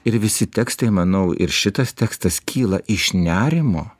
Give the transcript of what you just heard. ir visi tekstai manau ir šitas tekstas kyla iš nerimo